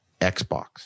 xbox